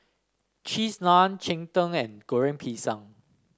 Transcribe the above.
Cheese Naan Cheng Tng and Goreng Pisang